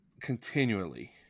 continually